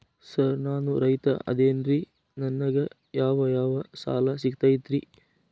Sir ನಾನು ರೈತ ಅದೆನ್ರಿ ನನಗ ಯಾವ್ ಯಾವ್ ಸಾಲಾ ಸಿಗ್ತೈತ್ರಿ?